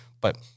but-